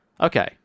okay